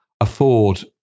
afford